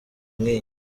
nk’iyi